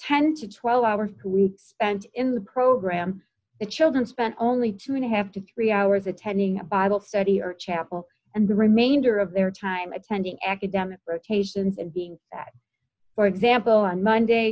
ten to twelve hours who we spent in the program the children spent only two and a half to three hours attending a bible study or chapel and the remainder of their time attending academic rotations and being that for example on monday